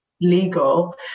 legal